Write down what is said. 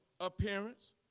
appearance